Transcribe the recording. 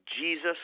Jesus